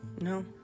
No